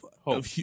hope